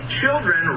children